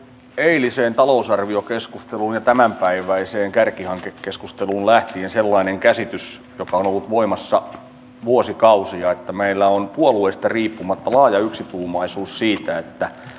eiliseen talousarviokeskusteluun ja tämänpäiväiseen kärkihankekeskusteluun liittyen sellainen käsitys joka on ollut voimassa vuosikausia että meillä on puolueista riippumatta laaja yksituumaisuus siitä että